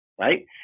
right